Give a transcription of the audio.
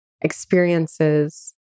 experiences